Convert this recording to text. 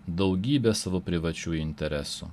daugybe savo privačių interesų